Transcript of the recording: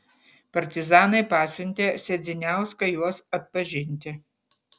partizanai pasiuntė sedziniauską juos atpažinti